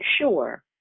sure